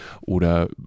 Oder